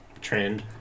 trend